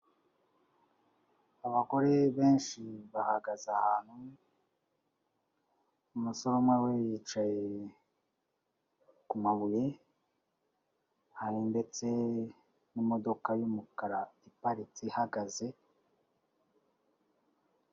Abagore benshi bahagaze ahantu, umusore umwe we yicaye ku mabuye, hari ndetse n'imodoka y'umukara iparitse ihagaze.